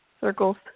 Circles